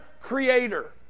creator